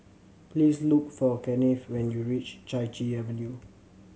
please look for Kennith when you reach Chai Chee Avenue